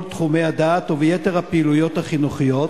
תחומי הדעת וביתר הפעילויות החינוכיות.